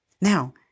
Now